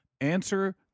answer